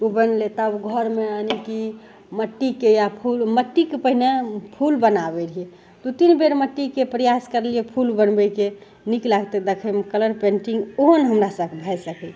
उ बनलय तब घरमे यानी कि मट्टीके आओर फु मट्टीके पहिने फूल बनाबय रहियै दू तीन बेर मट्टीके प्रयास करलियै फूल बनबयके नीक लागतै देखयमे कलर पेंटिंग उहो नहि हमरासँ भए सकय